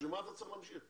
למה אתה צריך להמשיך?